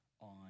on